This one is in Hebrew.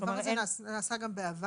הדבר הזה נעשה גם בעבר?